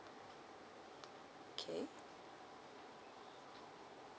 okay